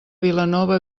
vilanova